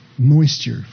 moisture